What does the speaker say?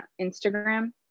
Instagram